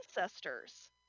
ancestors